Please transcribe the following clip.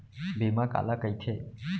बीमा काला कइथे?